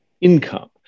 income